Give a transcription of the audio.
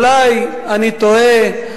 אולי אני טועה,